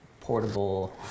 portable